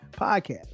podcast